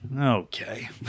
Okay